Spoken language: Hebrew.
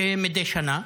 כמדי שנה.